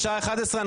בשעה 11:00,